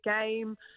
game